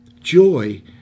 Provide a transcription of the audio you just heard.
Joy